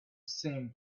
same